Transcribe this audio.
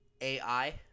A-I